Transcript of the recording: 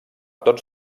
tots